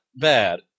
bad